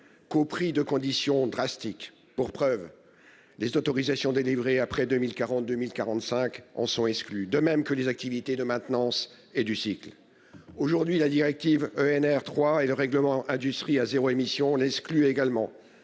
qu'au prix de conditions drastiques pour preuve. Les autorisations délivrées après 2042, 1045 en sont exclus. De même que les activités de maintenance et du cycle. Aujourd'hui la directive ENR 3 et le règlement industrie à zéro émission l'exclut également